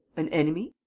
an enemy?